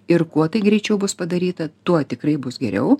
ir kuo tai greičiau bus padaryta tuo tikrai bus geriau